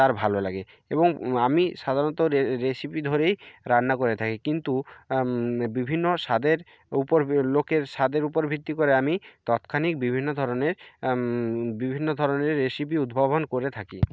তার ভালো লাগে এবং আমি সাধারণত রেসিপি ধরেই রান্না করে থাকি কিন্তু বিভিন্ন স্বাদের উপর লোকের স্বাদের উপর ভিত্তি করে আমি ততখানিক বিভিন্ন ধরনের বিভিন্ন ধরনের রেসিপি উদ্ভবন করে থাকি